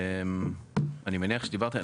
אני מניח שדיברתם.